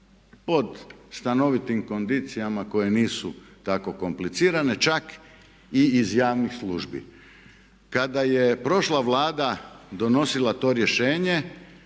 pod stanovitim kondicijama koje nisu tako komplicirane čak i iz javnih službi. Kada je prošla Vlada donosila to rješenje